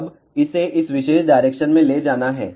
अब इसे इस विशेष डायरेक्शन में ले जाना है